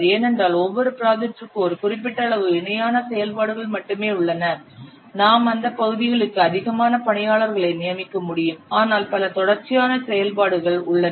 ஏனென்றால் ஒவ்வொரு ப்ராஜெக்ட்டிற்கும் ஒரு குறிப்பிட்ட அளவு இணையான செயல்பாடுகள் மட்டுமே உள்ளன நாம் அந்த பகுதிகளுக்கு அதிகமான பணியாளர்களை நியமிக்க முடியும் ஆனால் பல தொடர்ச்சியான செயல்பாடுகள் உள்ளன